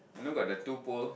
you know got that two pole